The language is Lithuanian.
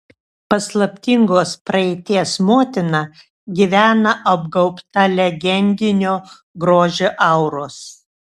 paslaptingos praeities motina gyvena apgaubta legendinio grožio auros